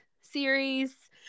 series